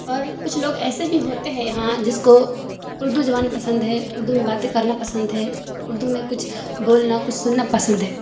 اور کچھ لوگ ایسے بھی ہوتے ہیں یہاں جس کو اردو زبان پسند ہے اردو میں باتیں کرنا پسند ہے اردو میں کچھ بولنا کچھ سننا پسند ہے